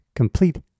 Complete